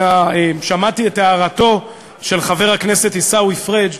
שמעתי את הערתו של חבר הכנסת עיסאווי פריג'.